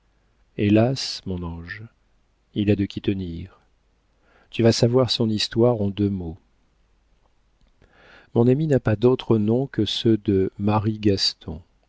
hélas mon ange il a de qui tenir tu vas savoir son histoire en deux mots mon ami n'a pas d'autres noms que ceux de